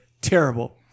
terrible